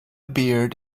beard